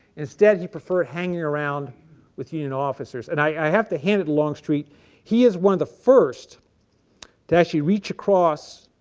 instead he preferred hanging around with union officers and i have to hand it to longstreet he is one of the first to actually reach across